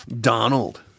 Donald